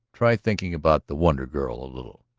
try thinking about the wonder girl a little,